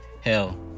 hell